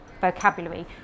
vocabulary